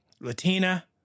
Latina